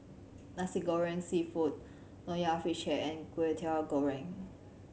Nasi Goreng Seafood Nonya Fish Head and Kwetiau Goreng